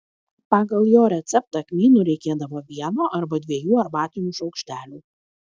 pagal jo receptą kmynų reikėdavo vieno arba dviejų arbatinių šaukštelių